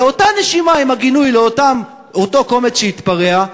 באותה נשימה עם הגינוי לאותו קומץ שהתפרע,